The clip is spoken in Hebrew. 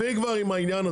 מספיק כבר עם העניין הזה,